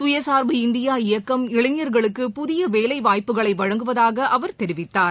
சுயசார்பு இந்தியா இயக்கம் இளைஞர்களுக்கு புதியவேலைவாய்ப்புகளைவழங்குவதாகதெரிவித்தார்